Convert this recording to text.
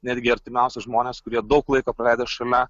netgi artimiausi žmonės kurie daug laiko praleidę šalia